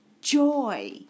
joy